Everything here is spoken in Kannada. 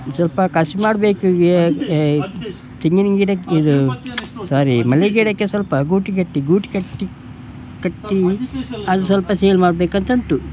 ಸ್ವಲ್ಪ ಖರ್ಚು ಮಾಡಬೇಕು ತೆಂಗಿನ ಗಿಡಕ್ಕೆ ಇದು ಸಾರಿ ಮಲ್ಲಿಗೆ ಗಿಡಕ್ಕೆ ಸ್ವಲ್ಪ ಗೂಟು ಕಟ್ಟಿ ಗೂಟು ಕಟ್ಟಿ ಕಟ್ಟಿ ಅದು ಸ್ವಲ್ಪ ಸೇಲ್ ಮಾಡಬೇಕಂತ ಉಂಟು